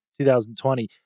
2020